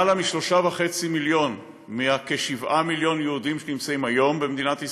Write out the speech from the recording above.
למעלה מ-3.5 מיליון מכ-7 מיליון יהודים שנמצאים היום במדינת ישראל,